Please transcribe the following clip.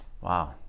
wow